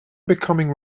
becoming